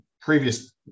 previous